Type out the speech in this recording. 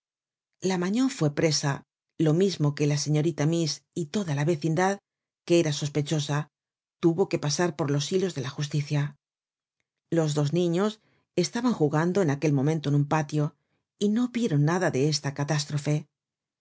la magnon fue presa lo mismo que la señorita miss y toda la vecindad que era sospechosa tuvo que pasar por los hilos de la justicia los dos niños estaban jugando en aquel momento en un patio y no vieron nada de esta catástrofe